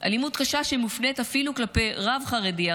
אלימות קשה שמופנית אפילו כלפי רב חרדי,